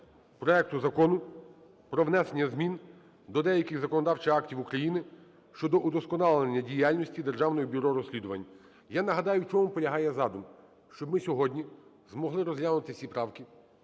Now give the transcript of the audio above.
проекту Закону про внесення змін до деяких законодавчих актів України щодо удосконалення діяльності Державного бюро розслідувань. Я нагадаю в чому полягає задум: щоб ми сьогодні змогли розглянути всі правки